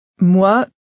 Moi